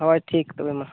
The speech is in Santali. ᱦᱳᱭ ᱴᱷᱤᱠ ᱛᱚᱵᱮ ᱢᱟ